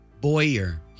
Boyer